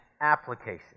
application